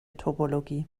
topologie